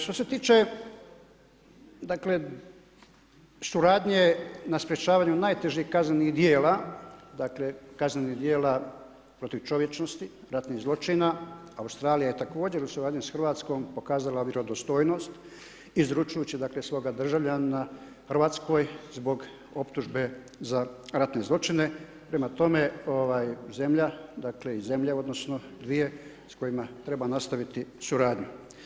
Što se tiče dakle suradnje na sprječavanju najtežih kaznenih djela, dakle kaznenih djela protiv čovječnosti, ratnih zločina, Australija je također u suradnji sa Hrvatskom pokazala vjerodostojnost izručujući dakle svoga državljana Hrvatskoj zbog optužbe za ratne zločine, prema tome zemlja, dakle i zemlja, odnosno dvije s kojima treba nastaviti suradnju.